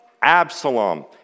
Absalom